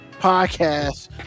podcast